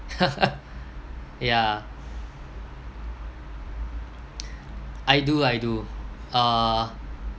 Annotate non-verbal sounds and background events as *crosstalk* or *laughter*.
*laughs* yeah *noise* I do I do uh